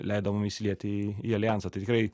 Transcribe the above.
leido mum įsiliet į į aljansą tai tikrai